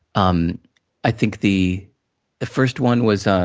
um i think the the first one was, ah